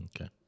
Okay